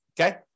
Okay